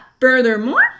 furthermore